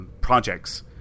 projects